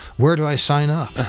where do i sign up?